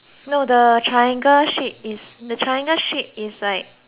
angle shape is the triangle is like